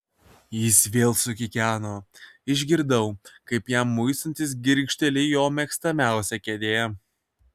jis vėl sukikeno išgirdau kaip jam muistantis girgžteli jo mėgstamiausia kėdė